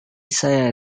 saya